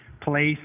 place